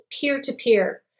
peer-to-peer